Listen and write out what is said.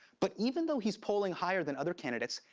but even though he's polling higher than other candidates,